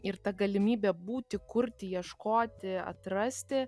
ir ta galimybe būti kurti ieškoti atrasti